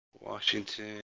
Washington